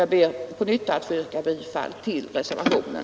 Jag ber på nytt att få yrka bifall till reservationen.